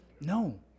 no